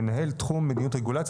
מנהל תחום מדיניות רגולציה.